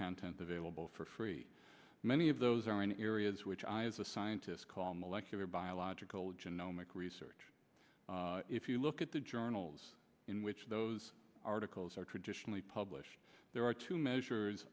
content available for free many of those are in areas which i as a scientist call molecular biological john gnomic research if you look at the journals in which those articles are traditionally published there are two measures